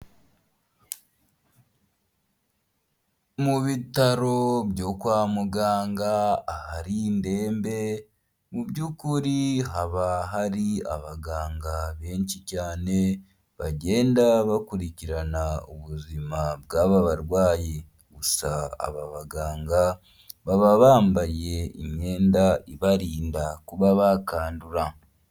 Mu bitaro byo kwa muganga hari ndembe; mu by'ukuri haba hari abaganga benshi cyane bagenda bakurikirana ubuzima bw'aba barwayi ,gusa aba baganga baba bambaye imyenda ibarinda kuba bakandura.